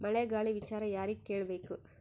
ಮಳೆ ಗಾಳಿ ವಿಚಾರ ಯಾರಿಗೆ ಕೇಳ್ ಬೇಕು?